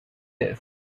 this